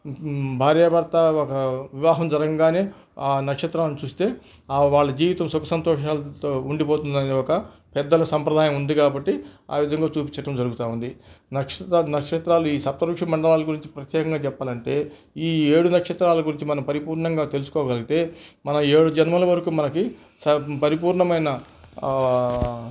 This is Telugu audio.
భార్యాభర్త ఒక వివాహం జరగంగానే ఆ నక్షత్రాలను చూస్తే ఆ వాళ్ళ జీవితం సుఖసంతోషాలతో ఉండిపోతుందని ఒక పెద్దల సంప్రదాయం ఉంది కాబట్టి ఆ విధంగా చూపిచ్చటం జరుగుతూ ఉంది నక్షత్రాలు నక్షత్రాలు ఈ సప్త ఋషి మండలాల గురించి ప్రత్యేకంగా చెప్పాలంటే ఈ ఏడు నక్షత్రాల గురించి మనం పరిపూర్ణంగా తెలుసుకోగలిగితే మన ఏడు జన్మల వరకు మనకి పరిపూర్ణమైన